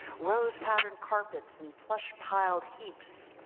rose-pattern carpets and plush piled heaps.